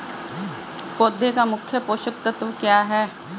पौधे का मुख्य पोषक तत्व क्या हैं?